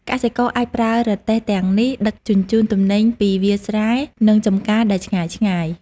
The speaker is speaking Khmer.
កសិករអាចប្រើរទេះទាំងនេះដឹកជញ្ជូនទំនិញពីទីវាលស្រែ និងចំការដែលឆ្ងាយៗ។